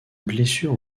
blessure